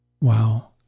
Wow